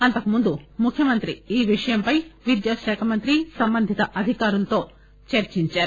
అంతకుముందు ముఖ్యమంత్రి ఈ విషయంపైన విద్యాశాఖ మంత్రి సంబంధింత అధికారులతో చర్చించారు